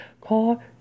Call